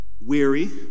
weary